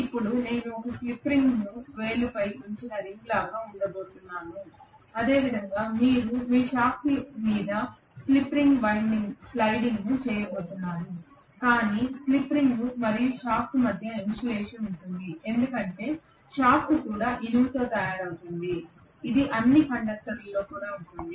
ఇప్పుడు నేను ఒక స్లిప్ రింగ్ను వేలుపై ఉంచిన రింగ్ లాగా ఉండబోతున్నాను అదేవిధంగా మీరు మీ షాఫ్ట్ మీద స్లిప్ రింగ్ స్లైడింగ్ చేయబోతున్నారు కానీ స్లిప్ రింగ్ మరియు షాఫ్ట్ మధ్య ఇన్సులేషన్ ఉంటుంది ఎందుకంటే షాఫ్ట్ కూడా ఇనుముతో తయారవుతుంది ఇది అన్ని కండక్టర్లలో కూడా ఉంటుంది